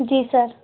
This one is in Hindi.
जी सर